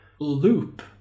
Loop